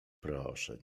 proszę